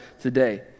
today